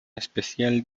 especial